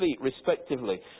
respectively